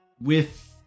with-